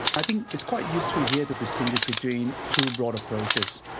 i think it's quite useful here to distinguish between two broad approaches.